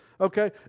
Okay